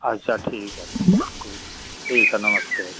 अच्छा ठीक है ठीक ठीक ठीक है नमस्ते